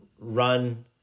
run